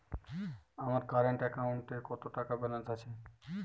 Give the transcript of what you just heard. আমার কারেন্ট অ্যাকাউন্টে কত টাকা ব্যালেন্স আছে?